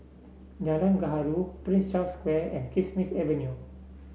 Jalan Gaharu Prince Charles Square and Kismis Avenue